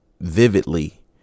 vividly